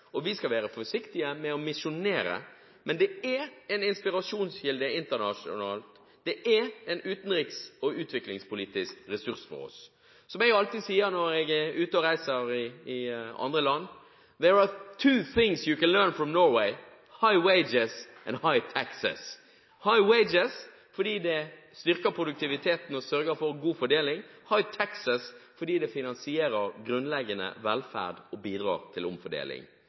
og vi skal være forsiktige med å «misjonere», men den er en inspirasjonskilde internasjonalt, og den er en utenriks- og utviklingspolitisk ressurs for oss. Som jeg alltid sier når jeg er ute og reiser i andre land: «There are two things you can learn from Norway: High wages and high taxes» – «high wages» fordi det styrker produktiviteten og sørger for god fordeling, «high taxes» fordi det finansierer grunnleggende velferd og bidrar til omfordeling.